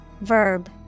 Verb